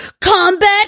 Combat